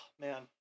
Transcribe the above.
Man